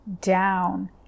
down